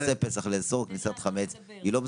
לאסור כניסת חמץ היא לא בסמכות.